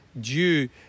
due